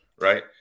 right